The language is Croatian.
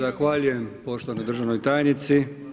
Zahvaljujem poštovanoj državnoj tajnici.